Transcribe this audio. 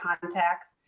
contacts